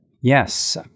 Yes